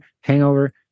hangover